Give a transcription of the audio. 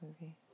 movie